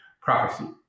prophecy